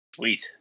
Sweet